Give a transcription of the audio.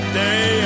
day